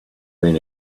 been